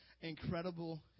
incredible